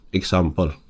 example